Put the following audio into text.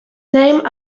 named